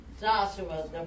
Joshua